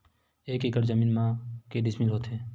एक एकड़ जमीन मा के डिसमिल होथे?